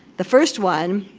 the first one,